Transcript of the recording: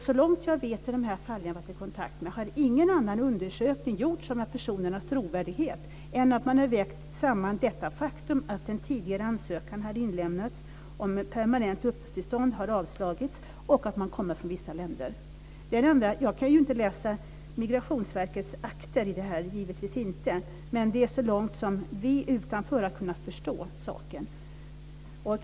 Så långt jag vet när det gäller de föräldrar som jag har varit i kontakt med har det inte gjorts någon annan undersökning om dessa personers trovärdighet än att man har vägt samman dessa omständigheter att en tidigare ansökan hade inlämnats om permanent uppehållstillstånd, vilken har avslagits, och att de kommer från vissa länder. Jag har givetvis inte tillgång till Migrationsverkets akter, men det är så långt som vi har kunnat förstå saken.